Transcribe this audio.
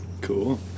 cool